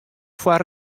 foar